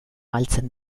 galtzen